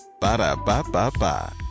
Ba-da-ba-ba-ba